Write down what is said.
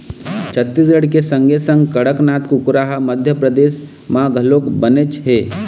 छत्तीसगढ़ के संगे संग कड़कनाथ कुकरा ह मध्यपरदेस म घलोक बनेच हे